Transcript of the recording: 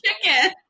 chicken